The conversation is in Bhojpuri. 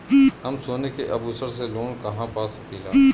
हम सोने के आभूषण से लोन कहा पा सकीला?